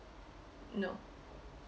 no